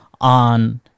on